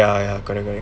ya ya correct correct